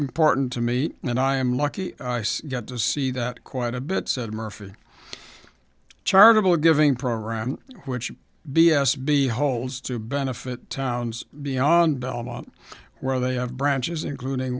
important to me and i am lucky to get to see that quite a bit said murphy charitable giving program which b s b holds to benefit towns beyond alma where they have branches including